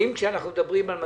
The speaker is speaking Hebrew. כשאנחנו מדברים על 250,